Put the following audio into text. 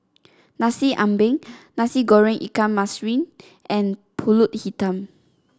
Nasi Ambeng Nasi Goreng Ikan Masin and pulut Hitam